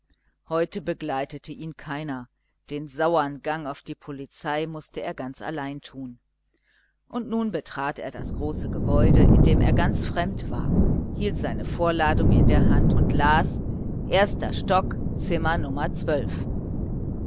heute begleitete ihn keiner den sauern gang auf die polizei mußte er ganz allein tun und nun betrat er das große gebäude in dem er ganz fremd war hielt sein vorladungsformular in der hand und las erster stock zimmer